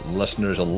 listeners